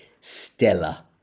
stella